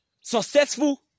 successful